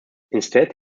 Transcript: instead